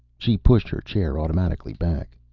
she pushed her chair automatically back.